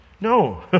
No